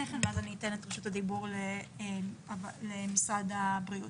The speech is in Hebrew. כן ואז אני אתן את רשות הדיבור למשרד הבריאות.